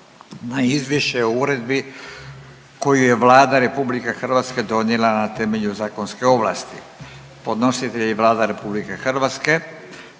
- Izvješće o Uredbi koju je Vlada Republike Hrvatske donijela na temelju zakonske ovlasti. Podnositelj je Vlada RH